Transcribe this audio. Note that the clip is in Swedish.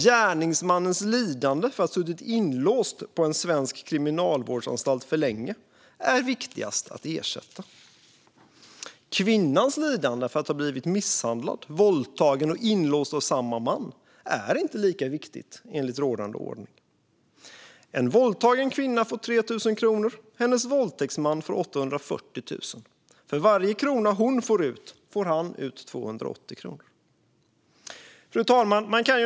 Gärningsmannens lidande av att ha suttit inlåst på en svensk kriminalvårdsanstalt för länge är viktigast att ersätta. Kvinnans lidande av att ha blivit misshandlad, våldtagen och inlåst av samme man är inte lika viktigt, enligt rådande ordning. En våldtagen kvinna får 3 000 kronor. Hennes våldtäktsman får 840 000 kronor. För varje krona hon får ut får han ut 280 kronor. Fru talman!